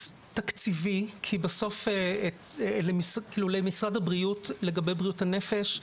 תקציבי למשרד הבריאות לגבי בריאות הנפש,